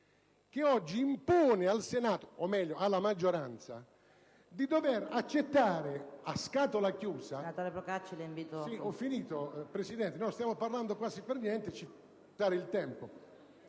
che oggi impone al Senato, o meglio, alla maggioranza, di accettare a scatola chiusa